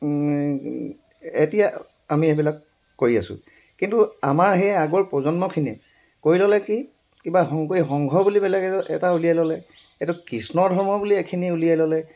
এতিয়া আমি এইবিলাক কৰি আছোঁ কিন্তু আমাৰ সেই আগৰ প্ৰজন্মখিনিয়ে কৰি ল'লে কি কিবা শংকৰী সংঘ বুলি বেলেগ এটা উলিয়াই ল'লে এইটো কৃষ্ণ ধৰ্ম বুলি এখিনি উলিয়াই ল'লে